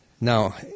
Now